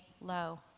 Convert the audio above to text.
low